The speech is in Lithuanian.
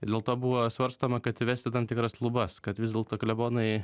ir dėl to buvo svarstoma kad įvesti tam tikras lubas kad vis dėlto klebonai